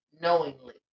knowingly